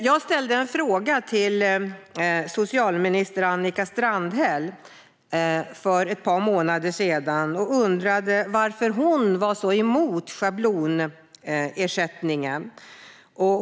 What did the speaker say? Jag ställde en fråga till socialminister Annika Strandhäll för ett par månader sedan och undrade varför hon var så emot schablonersättningen.